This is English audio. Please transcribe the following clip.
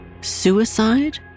suicide